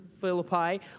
Philippi